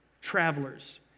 travelers